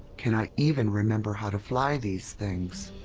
can i even remember how to fly these things?